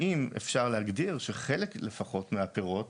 האם אפשר להגדיר שחלק לפחות מהפירות